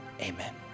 amen